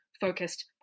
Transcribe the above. focused